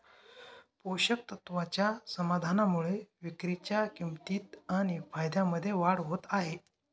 पोषक तत्वाच्या समाधानामुळे विक्रीच्या किंमतीत आणि फायद्यामध्ये वाढ होत आहे